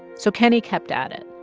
so kenney kept at it.